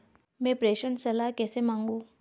मैं प्रेषण सलाह कैसे मांगूं?